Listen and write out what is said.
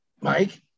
Mike